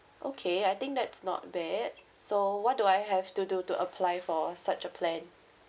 okay I think that's not bad so what do I have to do to apply for such a plan